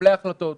מקבלי ההחלטות.